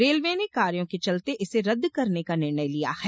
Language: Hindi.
रेलवे ने कार्यों के चलते इसे रद्द करने का निर्णय लिया है